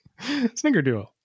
Snickerdoodle